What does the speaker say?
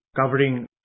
covering